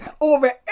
over